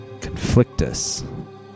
Conflictus